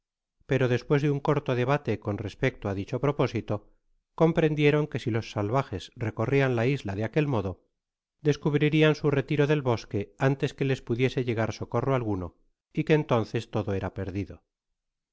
pero despues de un corto debate con respecto á dicho propósito comprendieron que si los salvajes recorrian la isla de aquel modo descubririan su retiro del bosque antes que les pudiese llegar socorro alguno y que entonces todo era perdido